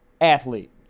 athlete